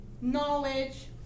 knowledge